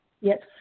yes